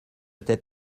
tête